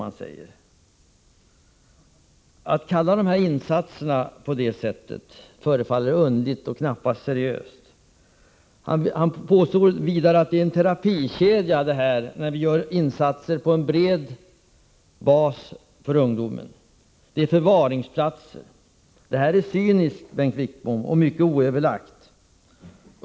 Att använda sådana uttryck förefaller underligt och knappast seriöst. Han påstod vidare att det är fråga om en terapikedja när vi gör insatser på bred bas för ungdomen. Det skulle vara fråga om förvaringsplatser. Detta är cyniskt, Bengt Wittbom, och mycket oöverlagt.